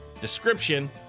description